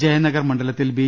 ജയ നഗർ മണ്ഡലത്തിൽ ബി